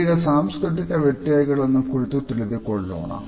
ಇದೀಗ ಸಾಂಸ್ಕೃತಿಕ ವ್ಯತ್ಯಯಗಳನ್ನು ಕುರಿತು ತಿಳಿದುಕೊಳ್ಳೋಣ